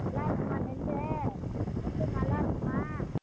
நல்லாயிருக்குமா நெல் நெல் நல்லாயிருக்குமா